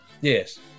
Yes